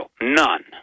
none